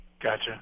Gotcha